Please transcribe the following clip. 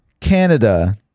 Canada